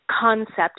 concept